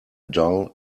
dull